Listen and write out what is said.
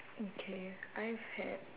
okay I've had